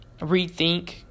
rethink